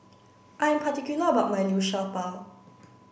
I am particular about my Liu Sha Bao